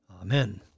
Amen